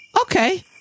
Okay